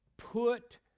put